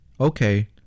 Okay